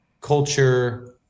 culture